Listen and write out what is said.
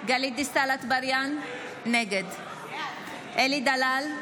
גלית דיסטל אטבריאן, נגד אלי דלל,